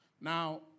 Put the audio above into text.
Now